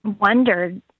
wondered